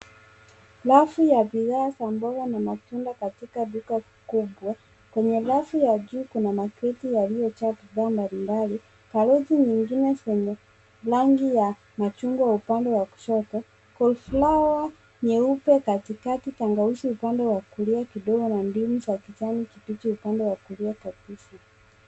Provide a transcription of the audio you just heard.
Rafu ya bidhaa za mboga na matunda katika duka kubwa, kwenye rafu ya juu kuna makreti yaliyojaa bidhaa mbalimbali karoti nyingine zenye rangi ya machungwa upande wa kushoto, koliflawa nyeupe, katikati, tangawazi upande wa kulia kidogo na ndimu za kijani kibichi upande wa kulia kabisa.